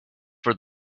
for